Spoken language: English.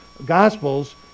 gospels